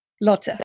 Lotte